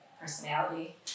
personality